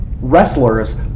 wrestlers